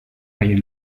haien